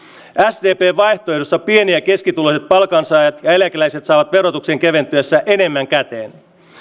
sdpn vaihtoehdossa pieni ja keskituloiset palkansaajat ja eläkeläiset saavat verotuksen keventyessä enemmän käteen